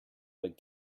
but